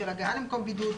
של הגעה למקום בידוד.